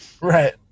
right